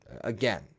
again